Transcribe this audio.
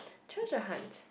treasure hunt